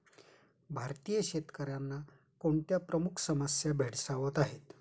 भारतीय शेतकऱ्यांना कोणत्या प्रमुख समस्या भेडसावत आहेत?